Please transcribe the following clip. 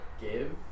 give